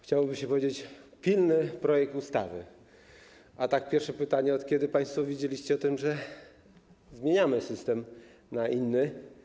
Chciałoby się powiedzieć: pilny projekt ustawy, a nasuwa się pierwsze pytanie, od kiedy państwo wiedzieliście o tym, że zmieniamy system na inny.